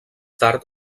tard